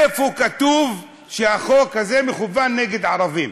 איפה כתוב שהחוק הזה מכוון נגד ערבים?